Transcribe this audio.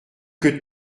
que